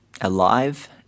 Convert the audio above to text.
alive